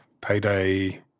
payday